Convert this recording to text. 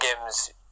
games